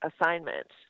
assignment